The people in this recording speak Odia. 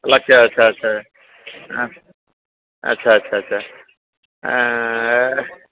ଆଚ୍ଛା ଆଚ୍ଛା ଆଚ୍ଛା ଆଁ ଆଚ୍ଛା ଆଚ୍ଛା ଆଚ୍ଛା